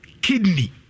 Kidney